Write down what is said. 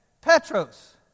Petros